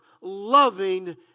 loving